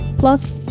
plus,